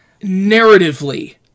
narratively